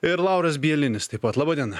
ir lauras bielinis taip pat laba diena